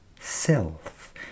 self